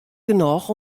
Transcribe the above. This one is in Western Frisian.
genôch